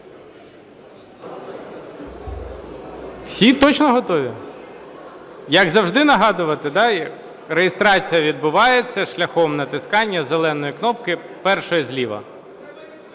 Всі точно готові? Як завжди, нагадувати, да? Реєстрація відбувається шляхом натискання зеленої кнопки, першої зліва.